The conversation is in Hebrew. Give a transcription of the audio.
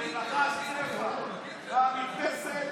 בנחש צפע מהמרפסת,